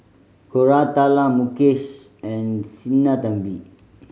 Koratala Mukesh and Sinnathamby